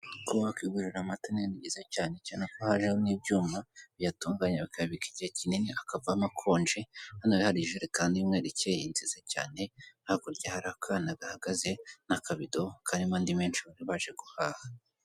Kuba wakwigurira mata ni ibintu byiza cyane, cyane ko hajemo n'ibyuma biyatunganya bikayabika igihe kinini akavamo akonje. Hano hari ijerekani y'umweru ukeye nziza cyane hakurya harakana gahagaze n'akabido karimo andi menshi bari baje guhaha.